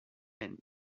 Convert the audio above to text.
and